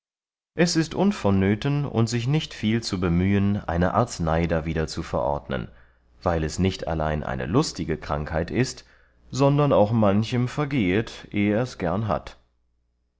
es ist unvonnöten und sich nicht viel zu bemühen eine arznei darwider zu verordnen weil es nicht allein eine lustige krankheit ist sondern auch manchem vergehet eh ers gern hat